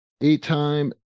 eight-time